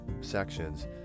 sections